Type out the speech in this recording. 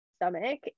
Stomach